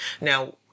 Now